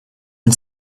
and